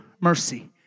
mercy